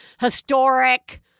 historic